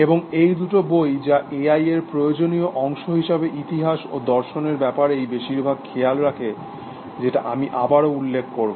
এবং এই দুটো বই যা এআই এর প্রয়োজনীয় অংশ হিসাবে ইতিহাস ও দর্শনের ব্যাপারেই বেশিরভাগ খেয়াল রাখে যেটা আমি আবারও উল্লেখ করব